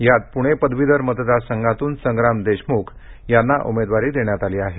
यात पुणे पदवीधर मतदारसंघातून संग्राम देशमुख यांना उमेदवारी देण्यात आली आहे